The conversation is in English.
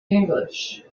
english